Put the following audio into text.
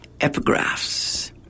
epigraphs